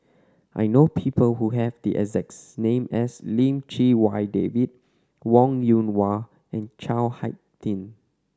I know people who have the exacts name as Lim Chee Wai David Wong Yoon Wah and Chao Hick Tin